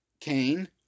Cain